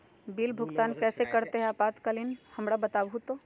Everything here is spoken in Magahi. बिल भुगतान कैसे करते हैं आपातकालीन हमरा बताओ तो?